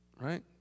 Right